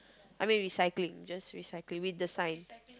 I mean recycling just recycling with the sign